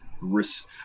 risk